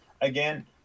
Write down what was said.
Again